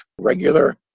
regular